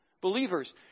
believers